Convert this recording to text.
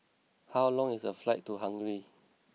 how long is the flight to Hungary